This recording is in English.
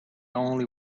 only